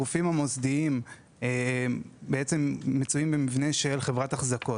הגופים המוסדיים מצויים במבנה של חברת החזקות.